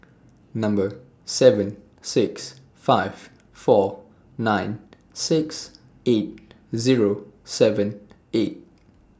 Number seven six five four nine six eight Zero seven eight